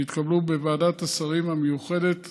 שהתקבלו בוועדת השרים המיוחדת